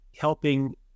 helping